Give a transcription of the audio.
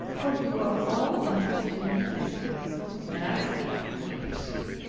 for you are all interested in a visitor that i speak of, he pursued.